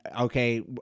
okay